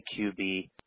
QB